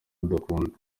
udakunda